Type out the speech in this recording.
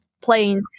playing